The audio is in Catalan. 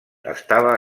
estava